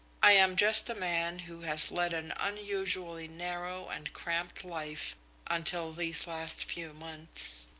i am just a man who has led an unusually narrow and cramped life until these last few months.